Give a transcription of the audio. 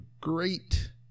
great